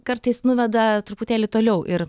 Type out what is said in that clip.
kartais nuveda truputėlį toliau ir